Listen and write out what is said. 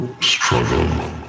struggle